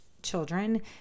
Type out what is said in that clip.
children